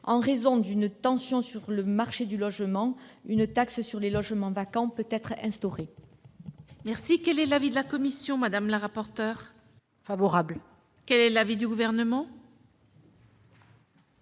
en raison d'une tension sur le marché du logement, une taxe sur les logements vacants peut être instaurée. Quel est l'avis de la commission ? Favorable. Quel est l'avis du Gouvernement ?